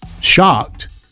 shocked